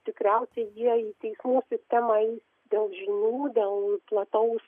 tikriausiai jie į teismų sistemą eis dėl žinių dėl plataus